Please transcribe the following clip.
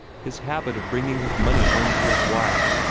his habit of bringing his money home to his wife,